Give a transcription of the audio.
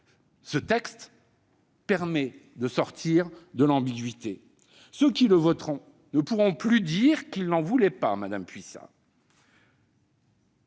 Ce texte permet de sortir de l'ambiguïté. Ceux qui le voteront ne pourront plus dire qu'ils n'en voulaient pas ! À ce sujet,